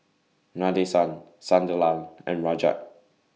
Nadesan Sunderlal and Rajat